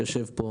שיושב פה.